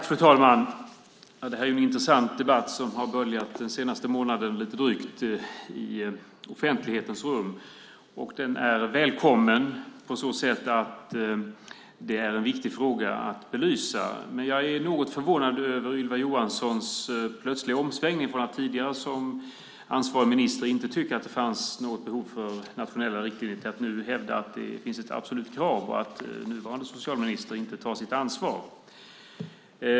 Fru talman! Det är en intressant debatt som har böljat i offentlighetens rum den senaste månaden, lite drygt. Den är välkommen. Det är en viktig fråga att belysa. Jag är något förvånad över Ylva Johanssons plötsliga omsvängning från att tidigare, som ansvarig minister, inte ha tyckt att det fanns något behov av nationella riktlinjer till att nu hävda det som absolut krav och att säga att nuvarande socialminister inte tar sitt ansvar.